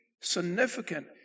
significant